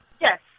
Yes